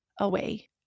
away